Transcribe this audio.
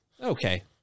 okay